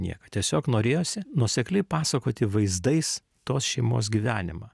nieką tiesiog norėjosi nuosekliai pasakoti vaizdais tos šeimos gyvenimą